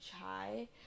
chai